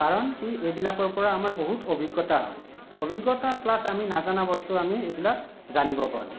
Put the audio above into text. কাৰণ কি এইবিলাকৰ পৰা আমাৰ বহুত অভিজ্ঞতা হয় অভিজ্ঞতা প্লাছ আমি নাজানা বস্তু এইবিলাক জানিব পাৰোঁ